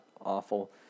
awful